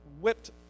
whipped